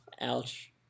Ouch